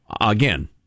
again